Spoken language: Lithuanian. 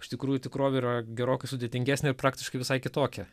iš tikrųjų tikrovė yra gerokai sudėtingesnė ir praktiškai visai kitokia